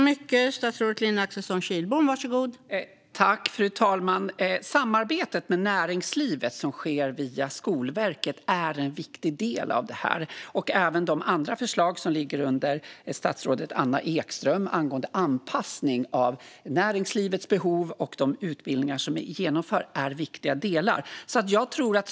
Fru talman! Samarbetet med näringslivet som sker via Skolverket är en viktig del av detta. Även de andra förslag som ligger under statsrådet Anna Ekström angående anpassning efter näringslivets behov av de utbildningar som vi genomför är viktiga delar.